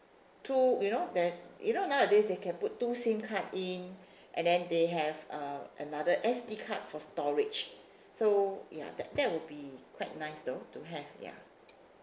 two you know the you know nowadays they can put two SIM card in and then they have uh another S_D card for storage so ya that that would be quite nice though to have ya